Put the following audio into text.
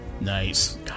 Nice